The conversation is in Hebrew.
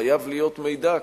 חייב להיות מידע,